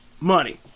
money